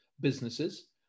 businesses